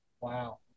Wow